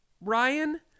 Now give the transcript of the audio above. Ryan